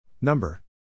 Number